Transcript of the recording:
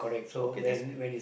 okay that's okay